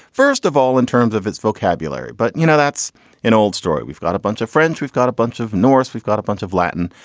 first of all, in terms of its vocabulary. but, you know, that's an old story. we've got a bunch of friends. we've got a bunch of north, we've got a bunch of latin.